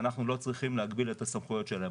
אנחנו לא צריכים להגביל את הסמכויות שלהן,